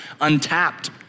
untapped